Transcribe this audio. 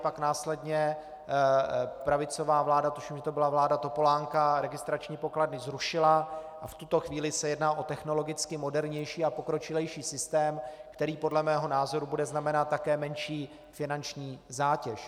Pak následně pravicová vláda, tuším, že to byla vláda Topolánka, registrační pokladny zrušila a v tuto chvíli se jedná o technologicky modernější a pokročilejší systém, který podle mého názoru bude znamenat také menší finanční zátěž.